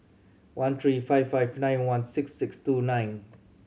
one three five five nine one six six two nine